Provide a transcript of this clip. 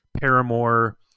paramore